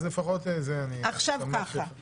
אז לפחות את זה אני --- דרך אגב,